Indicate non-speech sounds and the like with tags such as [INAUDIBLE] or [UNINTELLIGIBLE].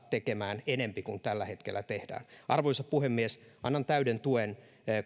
[UNINTELLIGIBLE] tekemään enempi kuin tällä hetkellä tehdään arvoisa puhemies annan täyden tuen